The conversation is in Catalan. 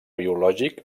biològic